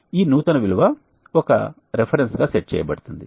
ఈ నూతన విలువ ఒక రిఫరెన్స్ గా సెట్ చేయబడుతుంది